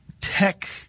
tech